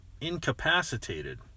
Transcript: Incapacitated